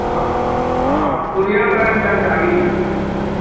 हँ पूर्णिया बारेमे जानकारी